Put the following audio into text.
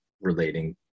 relating